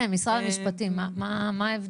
כן, משרד המשפטים, מה ההבדל?